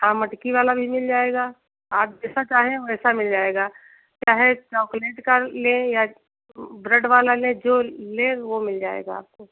हाँ मटकी वाला भी मिल जाएगा आप जैसा चाहें वैसा मिल जाएगा चाहे चॉकलेट का लें या ब्रेड वाला लें जो लें वह मिल जाएगा आपको